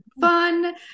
fun